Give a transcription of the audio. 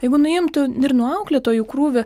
jeigu nuimtų ir nuo auklėtojų krūvį